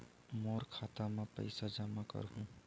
मोर खाता म पईसा कइसे जमा करहु?